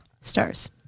Stars